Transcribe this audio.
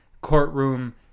courtroom